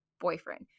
boyfriend